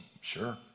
sure